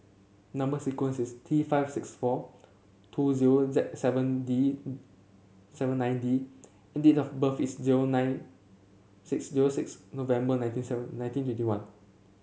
number sequence is T five six four two zero Z seven D seven nine D and date of birth is zero nine six zero six November nineteen seven nineteen twenty one